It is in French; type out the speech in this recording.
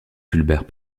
fulbert